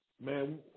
man